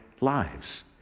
lives